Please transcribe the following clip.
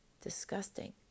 disgusting